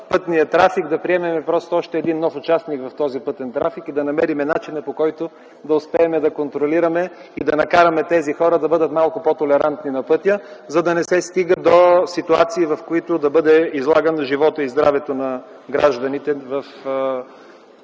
пътния трафик ще имаме нужда да приемем още един нов участник в този пътен трафик и да намерим начина, по който да успеем да контролираме и да накараме тези хора да бъдат малко по-толерантни на пътя, за да не се стига до ситуации, в които да бъде излаган животът и здравето на гражданите на